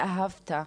מעמותת ואהבת.